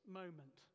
moment